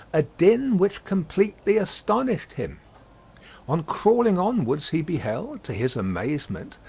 a din which completely astonished him on crawling onwards he beheld, to his amazement,